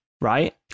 right